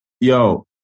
Yo